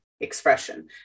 expression